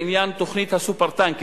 בעניין תוכנית ה"סופר-טנקר",